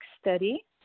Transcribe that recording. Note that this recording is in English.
study